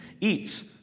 eats